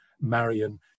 Marion